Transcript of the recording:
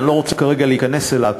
ואני לא רוצה כרגע להיכנס אליו,